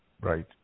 Right